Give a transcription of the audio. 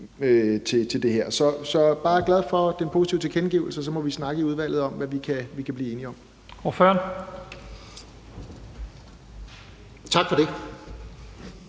til det på. Så jeg er bare glad for den positive tilkendegivelse, og så må vi snakke i udvalget om, hvad vi kan blive enige om. Kl. 14:15 Første